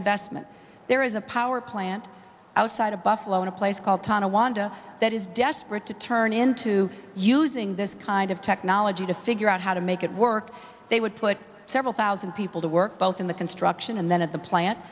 investment there is a power plant outside of buffalo in a place called tonawanda that is desperate to turn into using this kind of technology to figure out how to make it work they would put several thousand people to work both in the construction and then at the plant